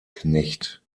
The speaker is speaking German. knecht